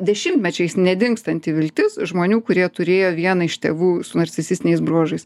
dešimtmečiais nedingstanti viltis žmonių kurie turėjo vieną iš tėvų narcisistiniais bruožais